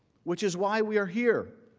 which is why we are here.